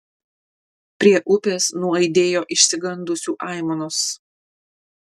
prie upės nuaidėjo išsigandusių aimanos